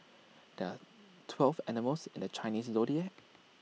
there are twelve animals in the Chinese Zodiac